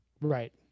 Right